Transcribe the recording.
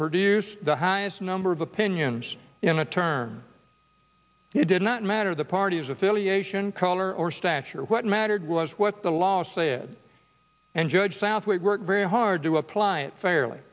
produce the highest number of opinions in a term he did not matter the party's affiliation color or stature what mattered was what the law said and judge southwick worked very hard to apply it fairly